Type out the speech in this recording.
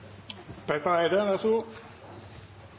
Petter Eide.